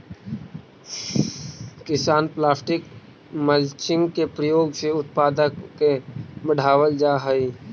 किसान plastic mulching के प्रयोग से उत्पादक के बढ़ावल जा हई